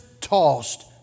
tossed